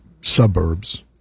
suburbs